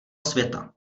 světa